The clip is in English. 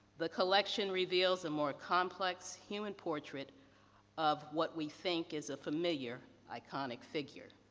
the collection reveals a more complex human portrait of what we think is a familiar iconic figure.